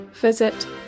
visit